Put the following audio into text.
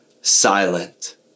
silent